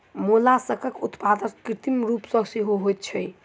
मोलास्कक उत्पादन कृत्रिम रूप सॅ सेहो होइत छै